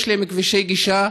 יש להם כבישי גישה,